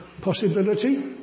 possibility